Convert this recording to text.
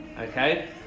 okay